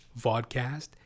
Vodcast